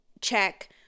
check